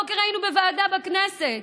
הבוקר היינו בוועדה בכנסת,